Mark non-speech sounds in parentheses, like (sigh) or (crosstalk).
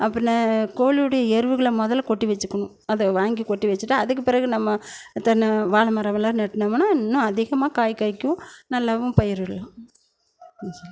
பின்னே கோழியுடைய எருவுகளை முதல்ல கொட்டி வெச்சுக்கணும் அதை வாங்கி கொட்டி வெச்சுட்டா அதுக்கு பிறகு நம்ம தென்னை வாழை மரமெல்லாம் நட்டுனமுன்னா இன்னும் அதிகமாக காய் காய்க்கும் நல்லாவும் பயிரிடலாம் (unintelligible)